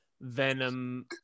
Venom